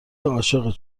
عاشقت